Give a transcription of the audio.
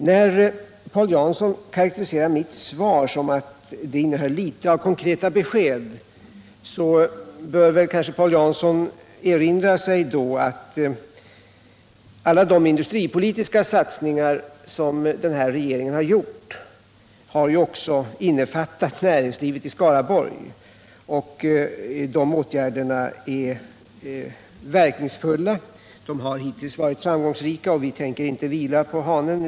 När Paul Jansson karakteriserar mitt svar så att det innehöll föga av konkreta åtgärder bör väl Paul Jansson erinra sig att alla de industripolitiska satsningar som denna regering har gjort ju också måste innefatta näringslivet i Skaraborgs län. De åtgärderna är verkningsfulla. De har hittills varit framgångsrika, och vi tänker inte vila på hanen.